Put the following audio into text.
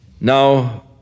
Now